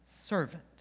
servant